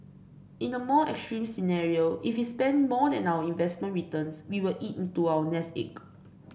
in the more extreme scenario if we spent more than our investment returns we will eat into our nest egg